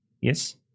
Yes